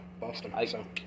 boston